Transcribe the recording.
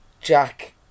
Jack